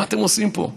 מה אתם עושים פה?